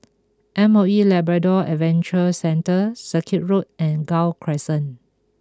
M O E Labrador Adventure Centre Circuit Road and Gul Crescent